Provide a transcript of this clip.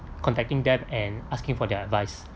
contacting them and asking for their advice